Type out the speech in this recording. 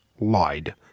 lied